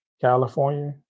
california